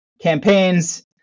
campaigns